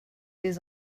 des